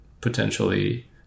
potentially